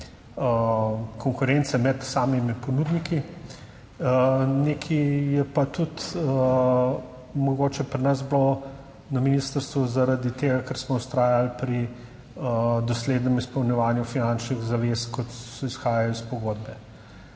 konkurence med samimi ponudniki, nekaj je pa tudi mogoče pri nas bilo na ministrstvu zaradi tega, ker smo vztrajali pri doslednem izpolnjevanju finančnih zavez, kot izhajajo iz pogodbe.